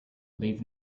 leave